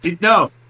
No